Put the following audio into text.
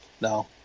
no